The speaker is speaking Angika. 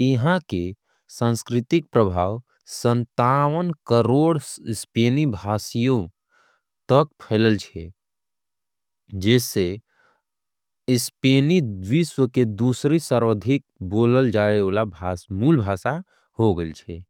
है एकर। सांस्कृतिक प्रभाव संतावन करोड़ स्पेनी भाषियों। तक फैला होयल छे जिससे स्पेनी विश्व के दूसरा। सर्वाधिक बोले जाए वाली मूल भाषा बन गए रहल है।